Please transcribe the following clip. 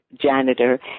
janitor